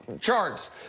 charts